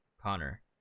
Connor